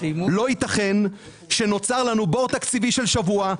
לא ייתכן שנוצר לנו בור תקציבי של שבוע,